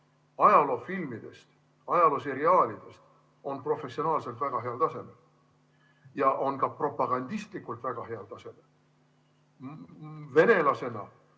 ajaloofilmidest ja ajalooseriaalidest on professionaalselt väga heal tasemel. Ja need on ka propagandistlikult väga heal tasemel. Venelasena